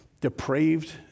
depraved